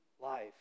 life